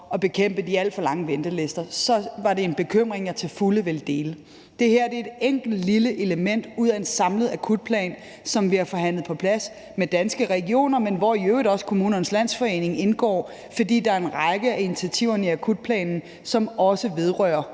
at bekæmpe de alt for lange ventelister, så var det en bekymring, jeg til fulde ville dele. Det her er et enkelt lille element ud af en samlet akutplan, som vi har forhandlet på plads med Danske Regioner, og hvor i øvrigt også Kommunernes Landsforening indgår, fordi der er en række af initiativerne i akutplanen, som også vedrører